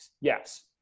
Yes